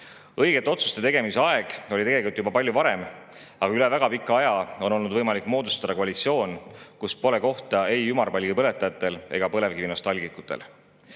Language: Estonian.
Õigete otsuste tegemise aeg oli tegelikult juba palju varem, aga üle väga pika aja on olnud võimalik moodustada koalitsioon, kus pole kohta ei ümarpalgi põletajatel ega põlevkivinostalgikutel.